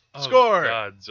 score